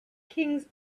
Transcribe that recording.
kings